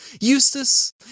Eustace